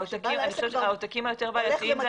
העתקים היותר בעייתיים הם